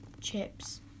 Chips